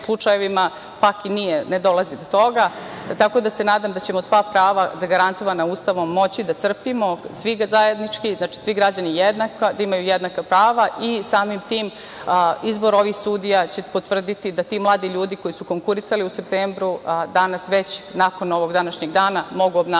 pak ne dolazi do toga, tako da se nadam da ćemo sva prava zagarantovana Ustavom moći da crpimo svi zajednički, znači, svi građani jednako, da imaju jednaka prava i samim tim, izbor ovih sudija će potvrditi da ti mladi ljudi koji su konkurisali u septembru danas već nakon ovog današnjeg dana mogu obnašati